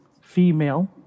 female